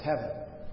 heaven